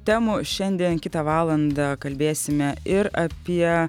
temų šiandien kitą valandą kalbėsime ir apie